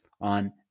on